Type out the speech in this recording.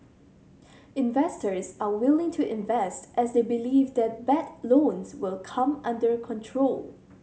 investors are willing to invest as they believe that bad loans will come under control